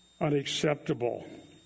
unacceptable